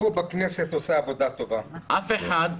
אף אחד,